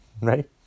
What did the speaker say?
right